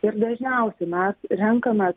ir dažniausiai mes renkames